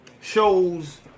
shows